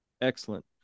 Excellent